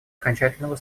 окончательного